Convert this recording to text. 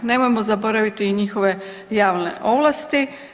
Nemojmo zaboraviti i njihove javne ovlasti.